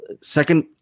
second